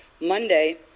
Monday